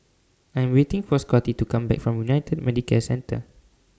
I Am waiting For Scottie to Come Back from United Medicare Centre